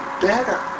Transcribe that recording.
better